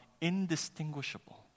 indistinguishable